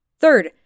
Third